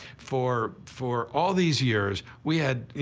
for, for all these years, we had, you